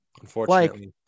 Unfortunately